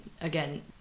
again